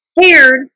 paired